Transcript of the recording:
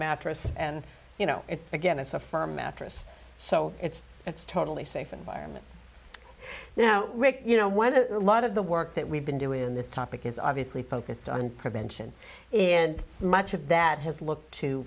mattress and you know again it's a firm mattress so it's it's totally safe environment now you know what a lot of the work that we've been doing in this topic is obviously focused on prevention and much of that has looked to